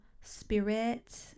spirit